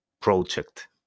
project